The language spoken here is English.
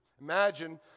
Imagine